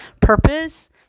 purpose